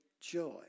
joy